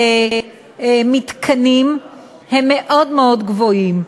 במתקנים בבתי-החולים הם מאוד מאוד גבוהים.